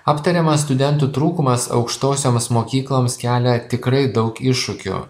aptariamas studentų trūkumas aukštosioms mokykloms kelia tikrai daug iššūkių